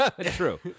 True